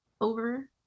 over